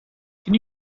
can